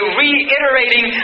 reiterating